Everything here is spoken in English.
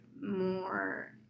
more